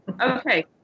okay